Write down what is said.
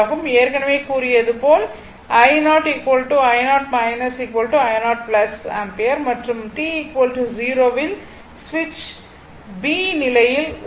ஏற்கனவே கூறியது போல் i0 i0 i0 ஆம்பியர் மற்றும் t 0 யில் சுவிட்ச் b நிலையில் உள்ளது